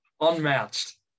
unmatched